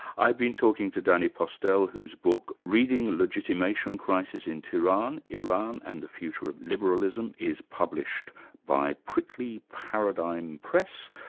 i've been talking to danny postel, whose book reading legitimation crisis in tehran iran and the future of liberalism is published by prickley paradigm press,